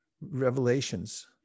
revelations